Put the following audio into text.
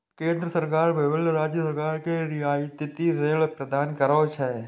केंद्र सरकार विभिन्न राज्य सरकार कें रियायती ऋण प्रदान करै छै